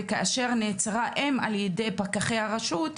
וכאשר נעצרה אם על ידי פקחי הרשות,